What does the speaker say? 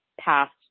past